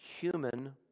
human